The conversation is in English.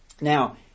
Now